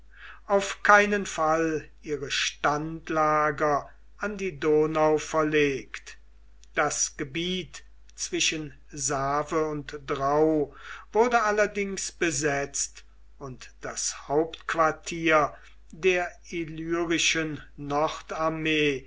auf keinen fall ihre standlager an die donau verlegt das gebiet zwischen save und drau wurde allerdings besetzt und das hauptquartier der illyrischen